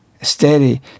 steady